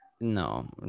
No